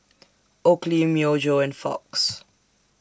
Oakley Myojo and Fox